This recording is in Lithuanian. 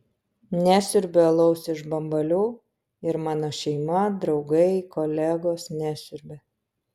nesiurbiu alaus iš bambalių ir mano šeima draugai kolegos nesiurbia